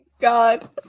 god